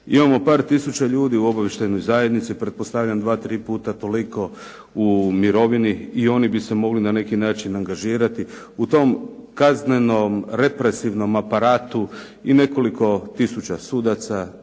Imamo par tisuća ljudi u obavještajnoj zajednici, pretpostavljam 2, 3 puta toliko u mirovini. I oni bi se mogli na neki način angažirati u tom kaznenom, represivnom aparatu i nekoliko tisuća sudaca,